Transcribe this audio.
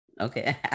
Okay